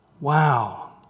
Wow